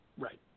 Right